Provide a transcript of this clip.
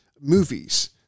movies